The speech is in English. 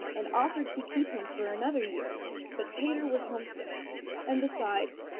and offered to keep him for another year but peter was home-sick and, besides,